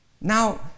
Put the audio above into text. Now